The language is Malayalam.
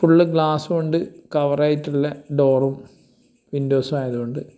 ഫുള്ള് ഗ്ലാസ്സ് കൊണ്ട് കവറായിട്ടുള്ള ഡോറും വിൻറ്റോസും ആയതു കൊണ്ട്